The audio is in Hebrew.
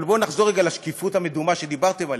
אבל בואו נחזור רגע לשקיפות המדומה שדיברתם עליה.